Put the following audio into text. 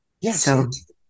Yes